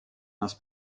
нас